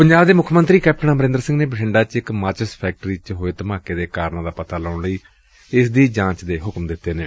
ਪੰਜਾਬ ਦੇ ਮੁੱਖ ਮੰਤਰੀ ਕੈਪਟਨ ਅਮਰਿੰਦਰ ਸਿੰਘ ਨੇ ਬਠਿੰਡਾ ਚ ਇਕ ਮਾਚਿਸ ਫੈਕਟਰੀ ਵਿਚ ਹੋਏ ਧਮਾਕੇ ਦੇ ਕਾਰਨਾਂ ਦਾ ਪਤਾ ਲਾਉਣ ਲਈ ਇਸ ਦੀ ਜਾਂਚ ਦੇ ਹੁਕਮ ਦਿੱਤੇ ਨੇ